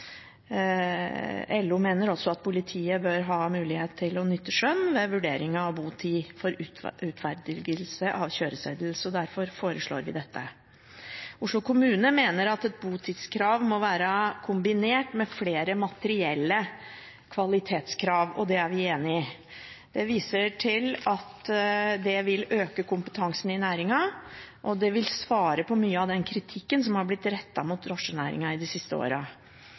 LO mener også at politiet bør ha mulighet til å nytte skjønn ved vurdering av botid for utferdigelse av kjøreseddel, så derfor foreslår vi dette. Oslo kommune mener at et botidskrav må være kombinert med flere materielle kvalitetskrav, og det er vi enig i. En viser til at det vil øke kompetansen i næringen, og det vil svare på mye av den kritikken som har blitt rettet mot drosjenæringen i de siste åra.